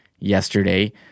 yesterday